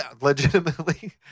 legitimately